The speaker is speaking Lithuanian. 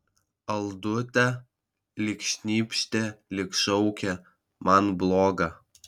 aldute lyg šnypštė lyg šaukė man bloga